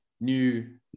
New